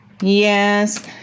Yes